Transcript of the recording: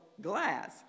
glass